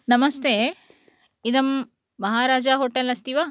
नमस्ते इदं महाराजा होटेल् अस्ति वा